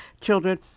children